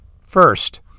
first